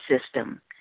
system